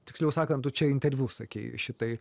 tiksliau sakant tu čia interviu sakei šitai